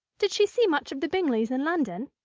did she see much of the bingleys in london?